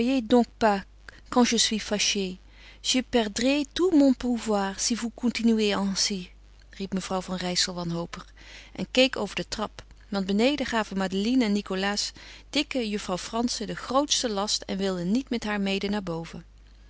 continuez ainsi riep mevrouw van rijssel wanhopig en keek over de trap want beneden gaven madeline en nikolaas dikke juffrouw frantzen den grootsten last en wilden niet met haar mede naar boven